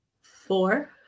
Four